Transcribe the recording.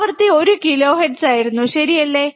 ആവൃത്തി ഒരു കിലോഹെർട്സ് ആയിരുന്നു ശരിയല്ലേ